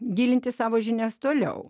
gilinti savo žinias toliau